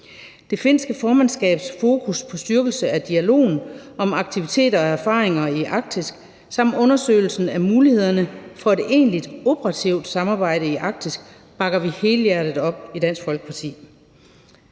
Det finske formandskabs fokus på styrkelse af dialogen om aktiviteter og erfaringer i Arktis samt undersøgelsen af mulighederne for et egentligt operativt samarbejde i Arktis bakker vi helhjertet op i Dansk Folkeparti.